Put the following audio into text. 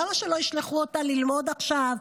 למה שלא ישלחו אותה ללמוד עכשיו,